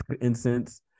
incense